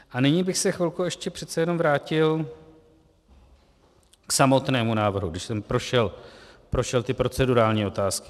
A nyní bych se chvilku ještě přece jenom vrátil k samotnému návrhu, když jsem prošel ty procedurální otázky.